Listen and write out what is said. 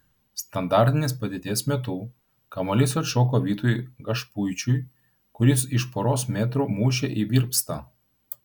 standartinės padėties metu kamuolys atšoko vytui gašpuičiui kuris iš poros metrų mušė į virpstą